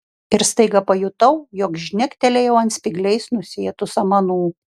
ir staiga pajutau jog žnektelėjau ant spygliais nusėtų samanų